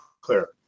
clear